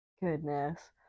goodness